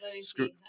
screw